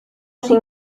sin